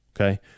Okay